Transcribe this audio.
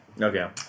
Okay